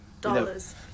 dollars